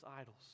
idols